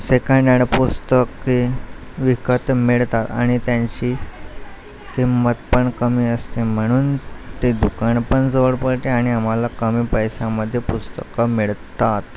second-hand पुस्तके विकत मिळतात आणि त्यांची किंमत पण कमी असते म्हणून ते दुकान पण जवळ पडते आणि आम्हाला कमी पैशामध्ये पुस्तकं मिळतात